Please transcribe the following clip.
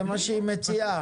זה מה שהיא מציעה.